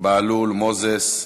בהלול, מוזס,